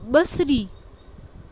بصری